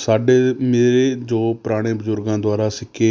ਸਾਡੇ ਮੇਰੇ ਜੋ ਪੁਰਾਣੇ ਬਜ਼ੁਰਗਾਂ ਦੁਆਰਾ ਸਿੱਕੇ